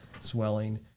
swelling